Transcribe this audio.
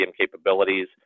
capabilities